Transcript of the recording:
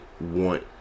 want